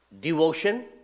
devotion